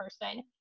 person